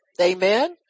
Amen